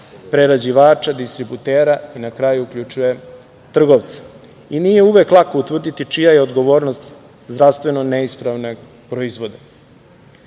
prerađivača, distributera i na kraju uključuje trgovca. Nije uvek lako utvrditi čija je odgovornost zdravstveno neispravnog proizvoda. Istina